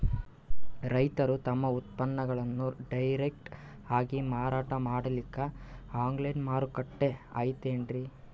ರೈತರು ತಮ್ಮ ಉತ್ಪನ್ನಗಳನ್ನು ಡೈರೆಕ್ಟ್ ಆಗಿ ಮಾರಾಟ ಮಾಡಲಿಕ್ಕ ಆನ್ಲೈನ್ ಮಾರುಕಟ್ಟೆ ಐತೇನ್ರೀ?